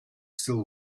still